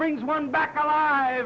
brings one back alive